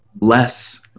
less